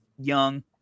young